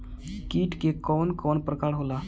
कीट के कवन कवन प्रकार होला?